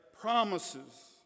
promises